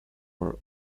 were